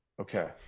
okay